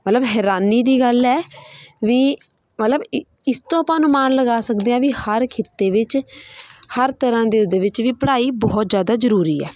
ਮਤਲਬ ਹੈਰਾਨੀ ਦੀ ਗੱਲ ਹੈ ਵੀ ਮਤਲਬ ਇ ਇਸ ਤੋਂ ਆਪਾਂ ਅਨੁਮਾਨ ਲਗਾ ਸਕਦੇ ਹਾਂ ਵੀ ਹਰ ਖਿੱਤੇ ਵਿੱਚ ਹਰ ਤਰ੍ਹਾਂ ਦੇ ਉਹਦੇ ਵਿੱਚ ਵੀ ਪੜ੍ਹਾਈ ਬਹੁਤ ਜ਼ਿਆਦਾ ਜ਼ਰੂਰੀ ਹੈ